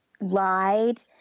lied